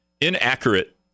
inaccurate